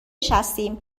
نشستیم